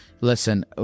listen